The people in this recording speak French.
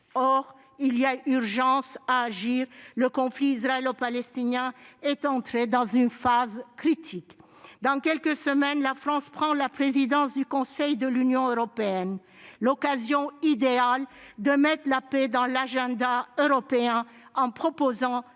Or il y a urgence à agir, car le conflit israélo-palestinien est entré dans une phase critique. Dans quelques semaines, la France prendra la présidence du Conseil de l'Union européenne. C'est l'occasion idéale d'inscrire la paix à l'agenda européen, en proposant